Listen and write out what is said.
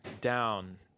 down